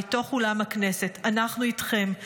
מתוך אולם הכנסת: אנחנו איתכם.